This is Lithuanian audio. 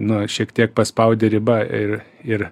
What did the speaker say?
nu šiek tiek paspaudi ribą ir ir